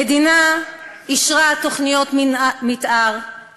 המדינה אישרה תוכניות מתאר,